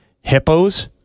Hippos